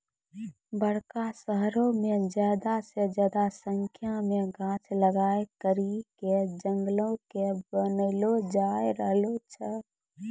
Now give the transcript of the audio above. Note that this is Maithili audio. बड़का शहरो मे ज्यादा से ज्यादा संख्या मे गाछ लगाय करि के जंगलो के बनैलो जाय रहलो छै